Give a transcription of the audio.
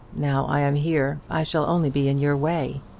now i am here i shall only be in your way.